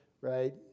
right